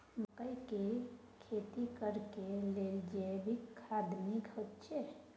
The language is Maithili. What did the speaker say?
मकई के खेती करेक लेल जैविक खाद नीक होयछै?